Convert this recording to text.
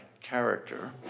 character